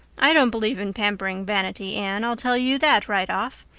i don't believe in pampering vanity, anne, i'll tell you that right off.